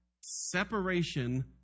separation